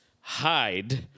hide